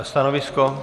Stanovisko?